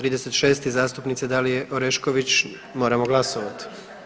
36. zastupnice Dalije Orešković moramo glasovat.